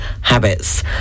habits